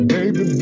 Baby